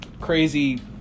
crazy